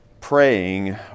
praying